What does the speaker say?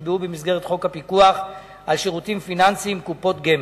שנקבע במסגרת חוק הפיקוח על שירותים פיננסיים (קופות גמל)